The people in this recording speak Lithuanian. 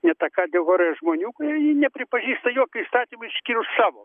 ne ta kategorija žmonių kurie nepripažįsta jokių įstatymų išskyrus savo